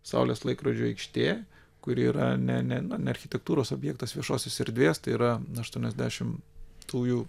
saulės laikrodžio aikštė kuri yra ne ne nu ne architektūros objektas viešosios erdvės tai yra aštuoniasdešimtųjų